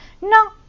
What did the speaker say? No